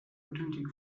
authentic